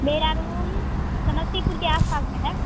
मेरा रूम समस्तीपुर के आस पास में है